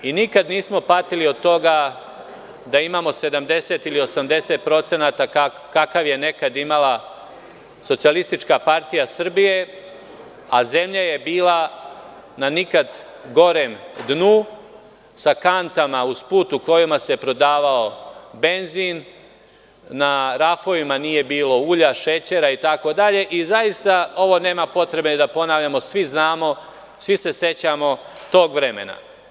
I nikada nismo patili od toga da imamo 70% ili 80% kakav je nekada imala SPS, a zemlja je bila na nikad gorem dnu, sa kantama usput u kojima se prodavao benzin, na rafovima nije bilo ulja, šećera itd. i zaista ovo nema potreba ni da ponavljamo, svi znamo, svi se sećamo tog vremena.